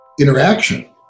interaction